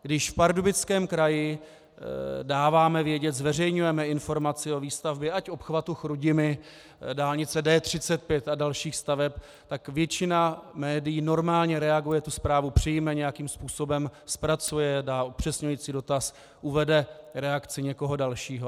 Když v Pardubickém kraji dáváme vědět, zveřejňujeme informaci o výstavbě ať obchvatu Chrudimi, dálnice D35 a dalších staveb, tak většina médií normálně reaguje, tu zprávu přijme, nějakým způsobem zpracuje, dá upřesňující dotaz, uvede reakci někoho dalšího.